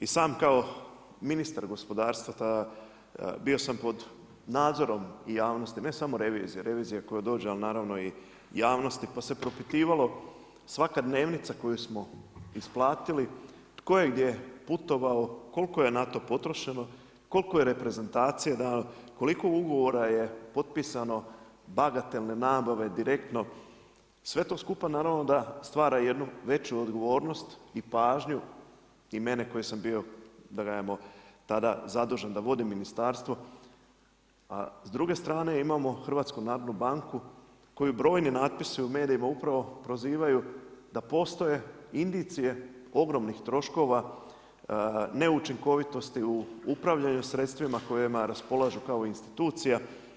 I sam kao ministar gospodarstva tada bio sam pod nadzorom i javnosti ne samo revizije, revizija koja dođe ali naravno i javnosti pa se propitivalo svaka dnevnica koju o isplatili, tko je gdje putovao, koliko je na to potrošeno, koliko je reprezentacija, koliko je ugovora potpisano, bagatelne nabave direktno, sve to skupa naravno da stvara jednu veću odgovornost i pažnju i mene koji sam bio tada zadužen da vodim ministarstvo a s druge strane imamo HNB koji brojni natpisi upravo prozivaju da postoje indicije ogromnih troškova neučinkovitosti u upravljanju sredstvima kojima raspolažu kao institucija.